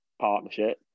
partnership